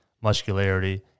muscularity